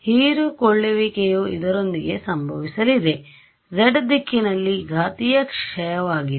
ಹೀರಿಕೊಳ್ಳುವಿಕೆಯು ಇದರೊಂದಿಗೆ ಸಂಭವಿಸಲಿದೆ ಇದು z ದಿಕ್ಕಿನಲ್ಲಿ ಘಾತೀಯ ಕ್ಷಯವಾಗಿದೆ